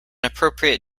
appropriate